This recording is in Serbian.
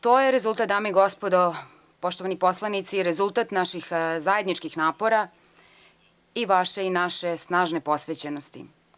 To je rezultat, dame i gospodo, poštovani poslanici, rezultat naših zajedničkih napora i vaše i naše snažne posvećenosti.